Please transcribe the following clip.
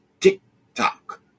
tick-tock